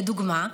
לדוגמה,